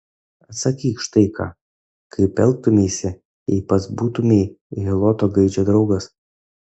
atsakyk štai ką kaip elgtumeisi jei pats būtumei heloto gaidžio draugas